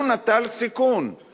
הוא נטל סיכון, מחושב.